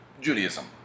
Judaism